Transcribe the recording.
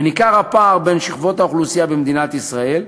וניכר הפער בין שכבות האוכלוסייה במדינת ישראל,